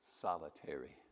solitary